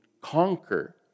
conquer